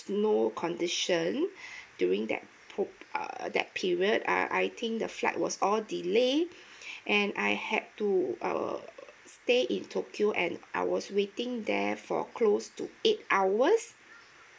snow condition during that po~ err that period uh I think the flight was all delayed and I had to uh stay in tokyo and I was waiting there for close to eight hours